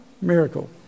miracle